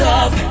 up